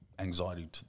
anxiety